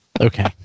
Okay